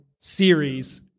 series